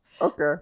Okay